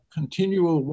continual